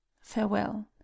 farewell